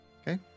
Okay